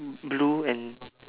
blue and